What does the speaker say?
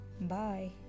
Bye